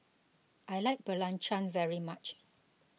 I like Belacan very much